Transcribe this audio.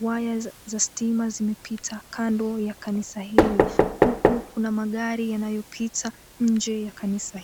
waya za stima zimepita kando ya kanisa hili, huku kuna magari yanayopitia nje ya kanisa hili.